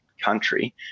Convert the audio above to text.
country